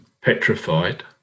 petrified